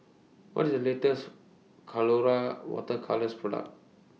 What IS The latest Colora Water Colours Product